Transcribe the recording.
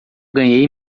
ganhei